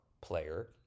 player